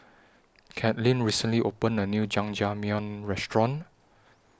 Cathleen recently opened A New Jajangmyeon Restaurant